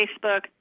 Facebook